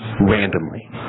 randomly